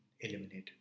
eliminated